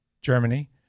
Germany